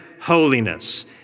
holiness